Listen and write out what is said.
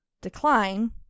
decline